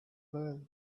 bell